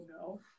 no